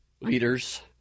leaders